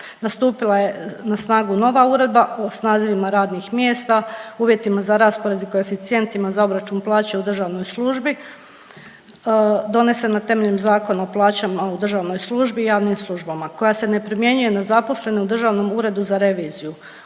Nastupila je na snagu nova uredba s nazivima radnih mjesta, uvjetima za raspored i koeficijentima za obračun plaća u državnoj službi, donesen na temeljem Zakona o plaćama u državnoj službi i javnim službama koja se ne primjenjuje na zaposlene u Državni ured za reviziju.